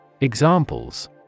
Examples